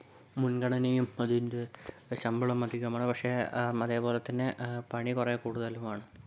മുൻഗണനയും അതിൻ്റെ ശമ്പളം അധികമാണ് പക്ഷേ അതേപോലെ തന്നെ പണി കൊറേ കൂടുതലുമാണ്